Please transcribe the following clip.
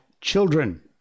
children